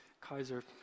kaiser